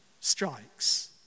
strikes